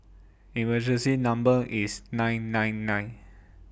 emergency Number IS nine nine nine